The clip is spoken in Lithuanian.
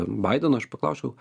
baideno aš paklausčiau